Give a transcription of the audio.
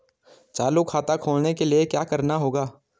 चालू खाता खोलने के लिए क्या करना होगा?